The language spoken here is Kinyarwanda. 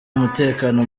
umutekano